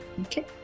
okay